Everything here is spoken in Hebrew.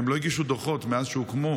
הם לא הגישו דוחות מאז שהוקמו